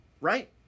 right